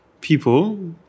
people